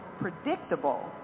predictable